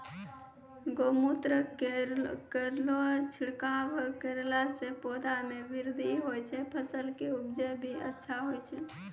गौमूत्र केरो छिड़काव करला से पौधा मे बृद्धि होय छै फसल के उपजे भी अच्छा होय छै?